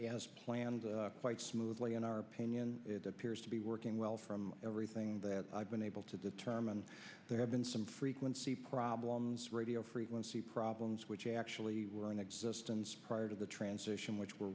as planned quite smoothly in our opinion it appears to be working well from everything that i've been able to determine there have been some frequency problems radio frequency problems which actually were in existence prior to the translation which we're